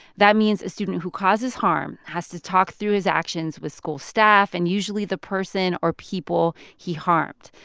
that means a student who causes harm has to talk through his actions with school staff, and usually, the person or people he harmed.